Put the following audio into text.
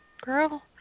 Girl